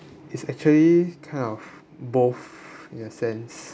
it's actually kind of both in a sense